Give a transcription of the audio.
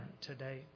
today